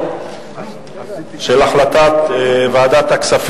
רשויות מקומיות אחרות שבגלל בעיות תקציב או בגלל סדרי